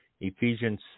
Ephesians